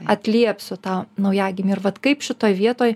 atsiliepsiu tą naujagimį ir vat kaip šitoj vietoj